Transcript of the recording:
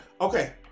Okay